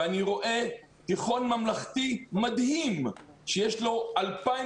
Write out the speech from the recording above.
ואני רואה תיכון ממלכתי מדהים שיש לו 2,000